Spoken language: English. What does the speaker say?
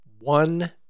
one